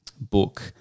book